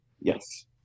yes